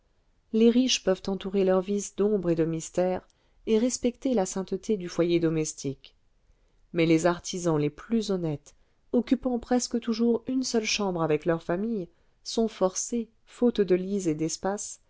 les riches peuvent entourer leurs vices d'ombre et de mystère et respecter la sainteté du foyer domestique mais les artisans les plus honnêtes occupant presque toujours une seule chambre avec leur famille sont forcés faute de lits et d'espace